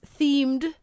themed